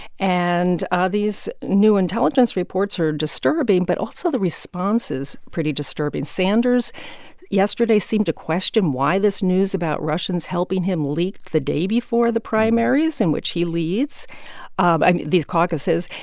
and ah these new intelligence reports are disturbing. but also, the response is pretty disturbing. sanders yesterday seemed to question why this news about russians helping him leaked the day before the primaries in which he leads and these caucuses.